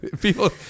People